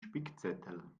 spickzettel